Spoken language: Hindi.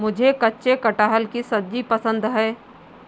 मुझे कच्चे कटहल की सब्जी पसंद है